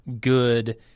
good